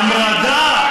המרדה.